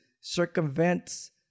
circumvents